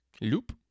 Loop